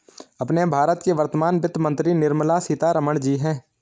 अपने भारत की वर्तमान वित्त मंत्री निर्मला सीतारमण जी हैं